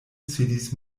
sidis